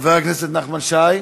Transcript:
חבר הכנסת נחמן שי,